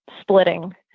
splitting